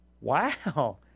wow